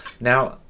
Now